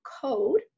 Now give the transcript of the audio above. code